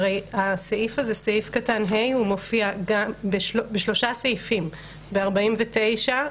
הרי סעיף קטן (ה) מופיע בשלושה סעיפים: ב-49,